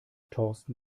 thorsten